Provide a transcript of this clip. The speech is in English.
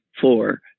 four